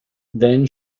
then